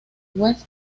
third